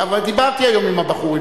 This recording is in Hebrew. אבל דיברתי היום עם הבחורים,